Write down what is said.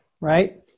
right